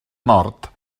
nord